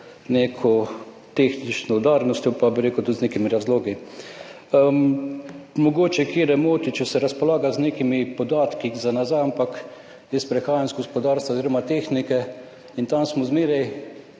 neko tehnično udarnostjo, pa bi rekel, tudi z nekimi razlogi. Mogoče katere moti, če se razpolaga z nekimi podatki za nazaj, ampak jaz prihajam iz gospodarstva oziroma tehnike in tam smo zmeraj